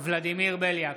ולדימיר בליאק,